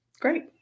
Great